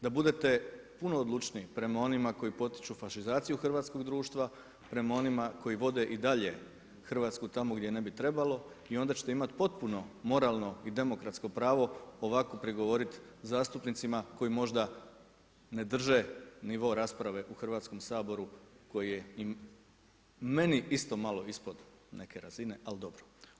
Da budete puno odlučniji prema onima koji potiču fašizaciju hrvatskog društva prema onima koji vode i dalje Hrvatsku tamo gdje ne bi trebalo i onda ćete imati potpuno moralno i demokratsko pravo ovako prigovorit zastupnicima koji možda ne drže nivo rasprave u Hrvatskom saboru koji je meni isto malo ispod neke razine ali dobro.